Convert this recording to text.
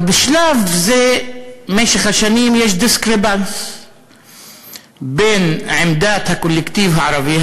אבל בשלב זה במשך השנים יש discrepancy בין עמדת הקולקטיב הערבי,